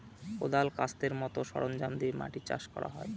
কোঁদাল, কাস্তের মতো সরঞ্জাম দিয়ে মাটি চাষ করা হয়